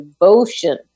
devotion